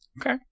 Okay